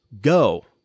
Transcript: Go